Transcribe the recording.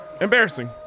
embarrassing